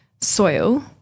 soil